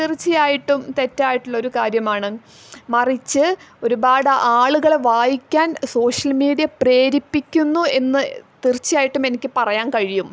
തീർച്ചയായിട്ടും തെറ്റായിട്ടുള്ളൊരു കാര്യമാണ് മറിച്ച് ഒരുപാട് ആളുകളെ വായിക്കാൻ സോഷ്യൽ മീഡിയ പ്രേരിപ്പിക്കുന്നു എന്ന് തീർച്ചയായിട്ടും എനിക്ക് പറയാൻ കഴിയും